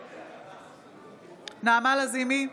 נגד נעמה לזימי,